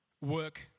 work